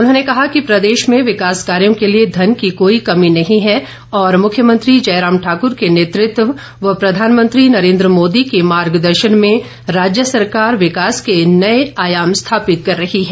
उन्होंने कहा कि प्रदेश में विकास कार्यों के लिए धन की कोई कमी नहीं हैं और मुख्यमंत्री जयराम ठाकुर के नेतृत्व व प्रधानमंत्री नरेंद्र मोदी के मार्ग दर्शन में राज्य सरकार विकास के नए आयाम स्थापित कर रही है